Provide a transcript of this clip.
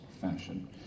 fashion